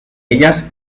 ellas